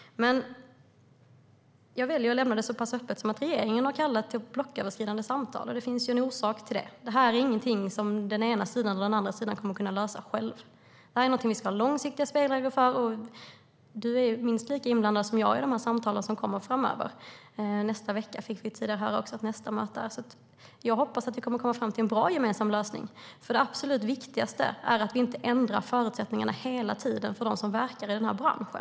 Jag väljer att lämna det så pass öppet som att regeringen har kallat till blocköverskridande samtal, och det finns en orsak till det. Detta är ingenting som den ena eller andra sidan kommer att kunna lösa på egen hand. Detta är någonting som vi ska ha långsiktiga spelregler för, och Ola Johansson är minst lika inblandad som jag i de samtal som kommer att föras framöver. Vi fick tidigare höra att nästa möte är i nästa vecka. Jag hoppas att vi kommer att komma fram till en bra gemensam lösning. Det absolut viktigaste är nämligen att vi inte ändrar förutsättningarna hela tiden för dem som verkar i denna bransch.